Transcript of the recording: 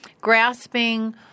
grasping